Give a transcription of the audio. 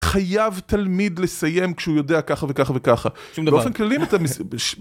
חייב תלמיד לסיים כשהוא יודע ככה וככה וככה, באופן כללי מטעמי.